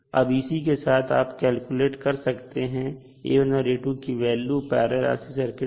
अब इसी के साथ आप कैलकुलेट कर सकते हैं A1 और A2 की वैल्यू पैरलल RLC सर्किट में